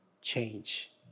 Change